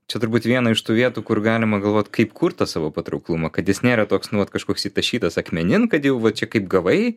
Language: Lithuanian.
čia turbūt viena iš tų vietų kur galima galvot kaip kurt tą savo patrauklumą kad jis nėra toks nu vat kažkoks įtašytas akmenin kad jau va čia kaip gavai